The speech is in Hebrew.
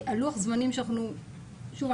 לוח הזמנים שאנחנו שוב,